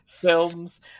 Films